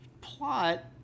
plot